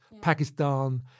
Pakistan